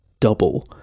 double